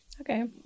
Okay